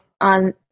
on